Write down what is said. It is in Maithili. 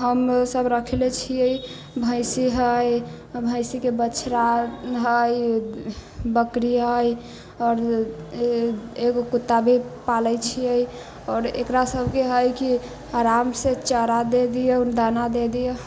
हमसब रखले छियै भैंसी है भैंसीके बछड़ा हइ बकरी हइ आओर एगो कुत्ता भी पालै छियै आओर एकरा सबके है कि आरामसँ चारा दे दियौ दाना दे दियौ